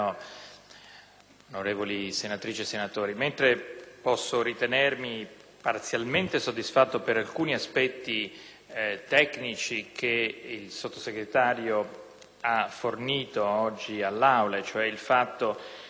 onorevoli senatrici e senatori, posso ritenermi parzialmente soddisfatto per alcuni aspetti tecnici che il Sottosegretario ha fornito oggi all'Aula; in particolare,